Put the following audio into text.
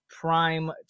prime